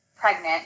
pregnant